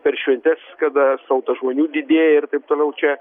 per šventes kada srautas žmonių didėja ir taip toliau čia